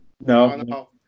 No